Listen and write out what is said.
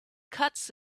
cuts